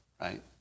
right